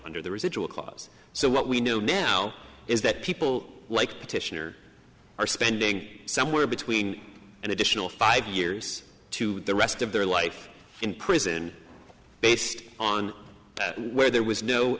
under the residual clause so what we know now is that people like petitioner are spending somewhere between an additional five years to the rest of their life in prison based on that where there was no